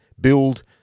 build